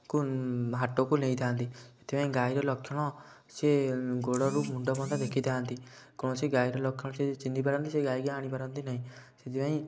ଙ୍କୁ ହାଟକୁ ନେଇଥାନ୍ତି ସେଥିପାଇଁ ଗାଈର ଲକ୍ଷଣ ସେ ଗୋଡ଼ରୁ ମୁଣ୍ଡ ପର୍ଯ୍ୟନ୍ତ ଦେଖିଥାନ୍ତି କୌଣସି ଗାଈର ଲକ୍ଷଣ ସେ ଚିହ୍ନି ପାରନ୍ତି ସେ ଗାଈକି ଆଣିପାରନ୍ତି ନାହିଁ ସେଥିପାଇଁ